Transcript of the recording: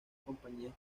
compañías